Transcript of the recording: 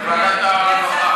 ועדת הרווחה.